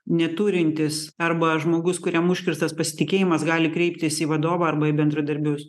neturintis arba žmogus kuriam užkirstas pasitikėjimas gali kreiptis į vadovą arba į bendradarbius